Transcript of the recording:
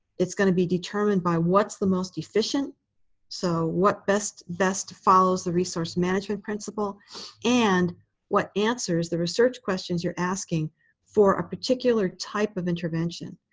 it's going to be determined by what's the most efficient so what best best follows the resource management principle and what answers the research questions you're asking for a particular type of intervention.